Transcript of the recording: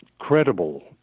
Credible